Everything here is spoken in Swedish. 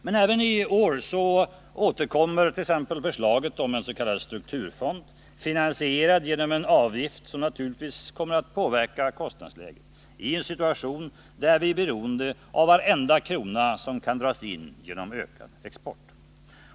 Men även i år återkommer t.ex. förslaget om en s.k. strukturfond finansierad genom en avgift som naturligtvis kommer att påverka kostnadsläget, i en situation där vi är beroende av varenda krona som kan dras in genom ökad export.